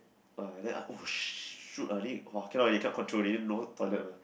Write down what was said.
ah then I !oh shoot! ah cannot already cannot control already no toilet mah